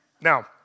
Now